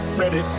ready